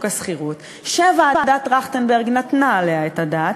השכירות שוועדת טרכטנברג נתנה עליה את הדעת,